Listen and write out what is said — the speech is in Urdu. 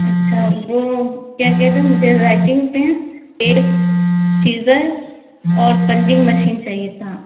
اچھا وہ کیا کہتے ہیں مجھے رائٹنگ پین ایک سیزر اور پنچنگ مشین چاہیے تھا